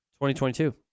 2022